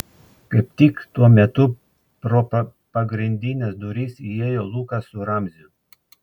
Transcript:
kaip tik tuo metu pro pagrindines duris įėjo lukas su ramziu